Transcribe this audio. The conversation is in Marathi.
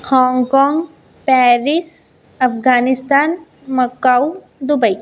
हाँगकाँग पॅरिस अफगाणिस्तान मक्काऊ दुबई